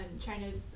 China's